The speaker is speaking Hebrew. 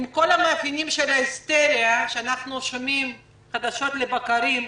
עם כל המאפיינים של ההיסטריה שאנחנו שומעים חדשות לבקרים,